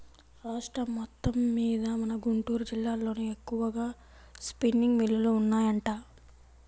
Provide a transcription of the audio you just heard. రాష్ట్రం మొత్తమ్మీద మన గుంటూరు జిల్లాలోనే ఎక్కువగా స్పిన్నింగ్ మిల్లులు ఉన్నాయంట